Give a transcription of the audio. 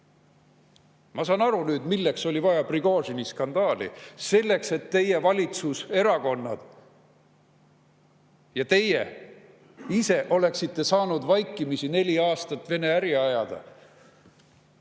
Ma saan nüüd aru, milleks oli vaja Prigožini skandaali. Selleks, et teie valitsuserakonnad ja teie ise oleksite saanud vaikimisi neli aastat Venemaaga äri ajada.